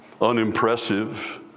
unimpressive